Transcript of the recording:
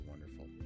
wonderful